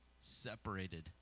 separated